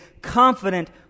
confident